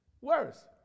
worse